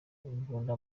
imbunda